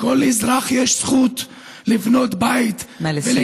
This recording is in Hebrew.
לכל אזרח יש זכות לבנות בית, נא לסיים.